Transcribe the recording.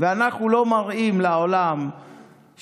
ביישובים ביהודה ושומרון ואנחנו לא מראים לעולם שלא